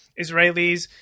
Israelis